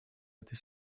этой